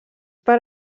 per